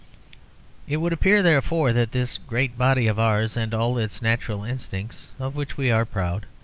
it would appear, therefore, that this great body of ours and all its natural instincts, of which we are proud,